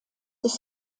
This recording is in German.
ist